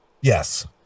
Yes